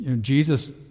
Jesus